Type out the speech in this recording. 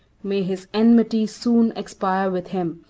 may his enmity soon expire with him,